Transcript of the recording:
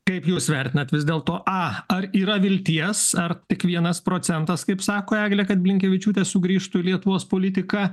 kaip jūs vertinat vis dėl to a ar yra vilties ar tik vienas procentas kaip sako eglė kad blinkevičiūtė sugrįžtų į lietuvos politiką